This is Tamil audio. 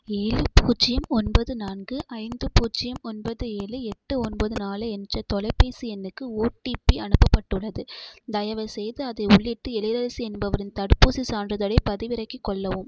ஏழு பூஜ்ஜியம் ஒன்பது நான்கு ஐந்து பூஜ்ஜியம் ஒன்பது ஏழு எட்டு ஒன்பது நாலு என்ற தொலைபேசி எண்ணுக்கு ஒடிபி அனுப்பப்பட்டுள்ளது தயவுசெய்து அதை உள்ளிட்டு எழிலரசி என்பவரின் தடுப்பூசிச் சான்றிதழைப் பதிவிறக்கிக் கொள்ளவும்